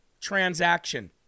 transaction